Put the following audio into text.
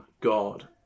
God